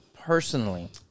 personally